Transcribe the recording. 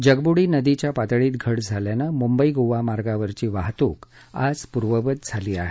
जगबुडी नदीच्या पातळीत घट झाल्यानं मुंबई गोवा मार्गावरची वाहतूक आज पूर्ववत झाली आहे